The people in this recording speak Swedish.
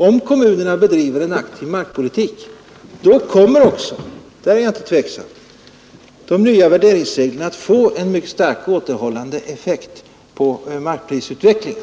Om de gör det kommer också — där är jag inte tveksam — de nya värderingsreglerna att få en mycket starkt återhållande effekt på markprisutvecklingen.